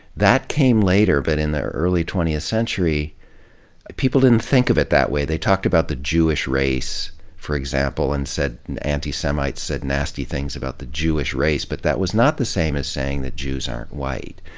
that came later. but in the early twentieth century people didn't think of it that way. they talked about the jewish race, for example, and anti-semites said nasty things about the jewish race. but that was not the same as saying that jews aren't white.